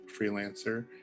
freelancer